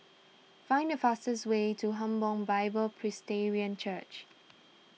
find the fastest way to Hebron Bible Presbyterian Church